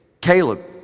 Caleb